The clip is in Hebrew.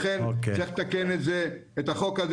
לכן צריך לתקן את זה,